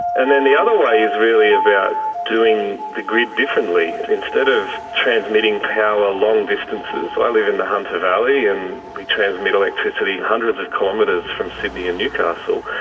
and then the other way is really about doing the grid differently. and instead of transmitting power long distances, i live in the hunter valley and we transmit electricity hundreds of kilometres from sydney and newcastle,